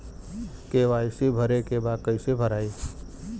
KYC भरे के बा कइसे भराई?